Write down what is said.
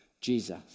Jesus